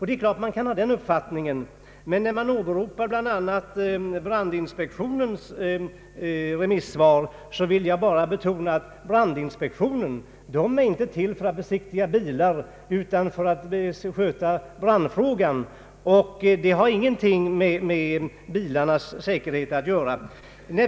Det är klart att man kan ha denna uppfattning, men när man som stöd för den bl.a. åberopar statens brandinspektions remissvar vill jag betona att brandinspektionen inte är till för att besiktiga bilar utan för att klara brandfrågan. Denna myndighet har ingenting att göra med bilarnas säkerhet.